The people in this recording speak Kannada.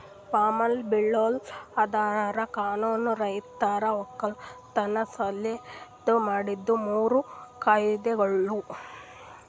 ಫಾರ್ಮ್ ಬಿಲ್ಗೊಳು ಅಂದುರ್ ಕಾನೂನು ರೈತರ ಒಕ್ಕಲತನ ಸಲೆಂದ್ ಮಾಡಿದ್ದು ಮೂರು ಕಾಯ್ದೆಗೊಳ್